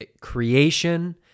creation